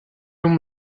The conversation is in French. long